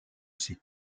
ces